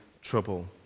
trouble